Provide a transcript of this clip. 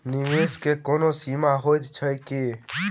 निवेश केँ कोनो सीमा होइत छैक की?